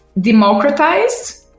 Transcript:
democratized